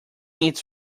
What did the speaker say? its